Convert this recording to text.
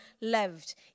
loved